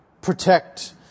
protect